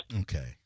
Okay